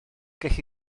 gallu